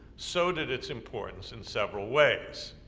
so did its importance in several ways.